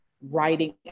writing